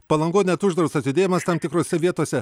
palangoj net uždraustas judėjimas tam tikrose vietose